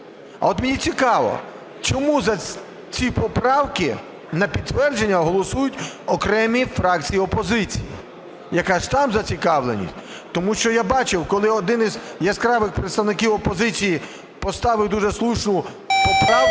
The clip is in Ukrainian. А от мені цікаво, чому за ці поправки на підтвердження голосують окремі фракції опозиції? Яка там зацікавленість? Тому що я бачив, коли один із яскравих представників опозиції поставив дуже слушну поправку,